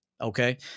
Okay